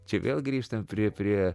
čia vėl grįžtam prie prie